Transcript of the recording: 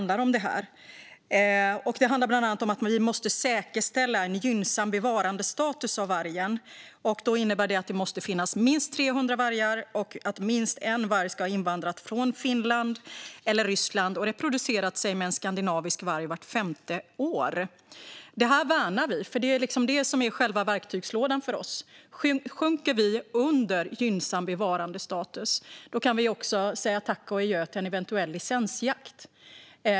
Det handlar bland annat om att vi måste säkerställa en gynnsam bevarandestatus av vargen, vilket innebär att det måste finnas minst 300 vargar och att minst en varg ska ha invandrat från Finland eller Ryssland och reproducerat sig med en skandinavisk varg vart femte år. Det här värnar vi, för det är det här som är själva verktygslådan för oss. Sjunker vi under antalet som ger en gynnsam bevarandestatus kan vi också säga tack och adjö till en eventuell licensjakt.